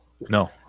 no